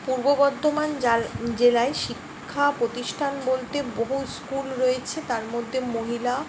পূর্ব বর্ধমান জেলায় শিক্ষা প্রতিষ্ঠান বলতে বহু স্কুল রয়েছে তার মধ্যে মহিলা